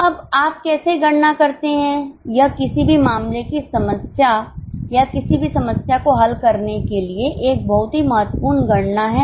अब आप कैसे गणना करते हैं यह किसी भी मामले की समस्या या किसी भी समस्या को हल करने के लिए एक बहुत ही महत्वपूर्ण गणना है